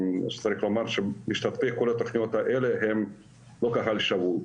צריך לומר שמשתתפי כל התוכניות האלה לא קהל שבוי.